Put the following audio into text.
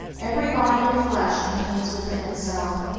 every body of flesh contains within itself,